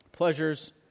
pleasures